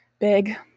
big